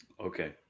Okay